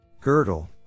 Girdle